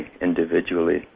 individually